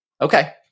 Okay